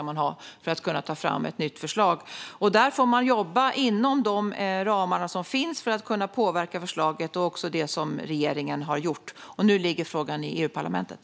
Man får jobba inom de ramar som finns för att kunna påverka förslaget, och det har regeringen också gjort. Nu ligger frågan i EU-parlamentet.